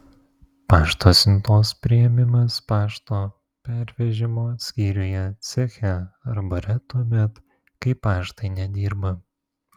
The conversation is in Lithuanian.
pašto siuntos priėmimas pašto pervežimo skyriuje ceche ar bare tuomet kai paštai nedirba